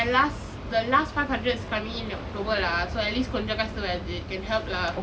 my last the last five hundred is coming in in october lah so at least கொஞ்சம் காசு வருது:konjam kaasu varuthu can help lah